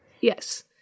Yes